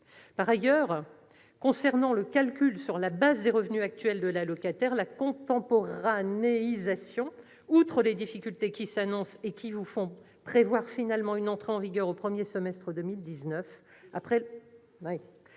Par ailleurs, concernant le calcul sur la base des revenus actuels de l'allocataire- la contemporanéisation -, les difficultés qui s'annoncent vous ont fait finalement prévoir une entrée en vigueur au premier semestre de 2019,